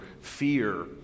fear